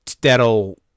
that'll